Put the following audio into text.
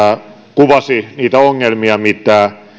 kuvasi niitä ongelmia mitä